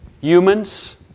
humans